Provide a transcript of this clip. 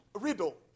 riddle